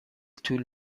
طول